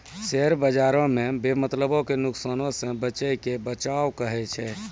share बजारो मे बेमतलबो के नुकसानो से बचैये के बचाव कहाबै छै